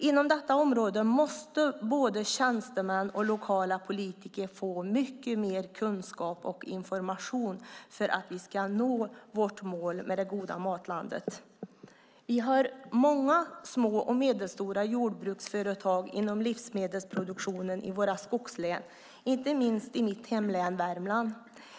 Inom detta område måste både tjänstemän och lokala politiker få mycket mer kunskap och information för att vi ska nå vårt mål med det goda matlandet. Vi har många små och medelstora jordbruksföretag inom livsmedelsproduktionen i våra skogslän, inte minst i mitt hemlän Värmland.